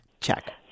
check